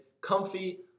Comfy